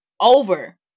over